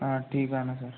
हा ठीक आहे ना सर